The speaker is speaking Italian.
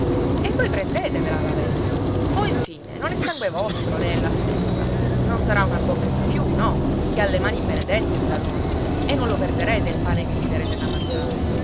e voi prendetevela la vespa o infine non è sangue vostro lei e la sua chiusa non sarà una bocca di più no che ha le mani benedette quella donna e non lo perderete il pane che gli darete da mangiare